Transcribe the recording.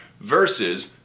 versus